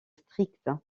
stricte